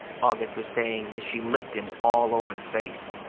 auggie was saying as she licked him all over the face.